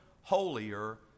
holier